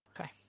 Okay